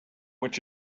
which